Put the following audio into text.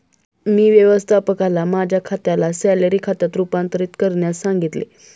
मी व्यवस्थापकाला माझ्या खात्याला सॅलरी खात्यात रूपांतरित करण्यास सांगितले